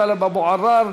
טלב אבו עראר,